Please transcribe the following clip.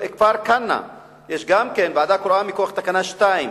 בכפר-כנא יש גם כן ועדה קרואה מכוח תקנה 2,